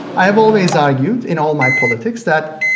i've always argued in all my politics that